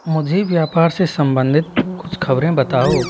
मुझे व्यापार से सम्बन्धित कुछ ख़बरें बताओ